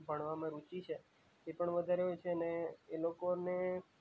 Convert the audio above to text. ભણવામાં રુચિ છે એ પણ વધારે હોય છે અને એ લોકોને